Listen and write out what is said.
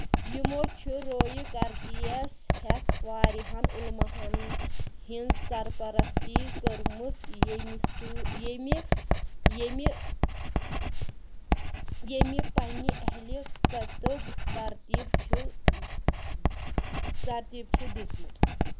یِمو چھُ رویکرتیس ہیٚتھ واریاہن علماہن ہِنٛز سرپرستی کٔرمٕژ ییٚمہِ سۭت ییٚمہِ ییٚمہِ ییٚمہِ پننہِ ایٚہلہِ کتب ترتیٖب چھِ ترتیٖب چھِ دِژمٕژ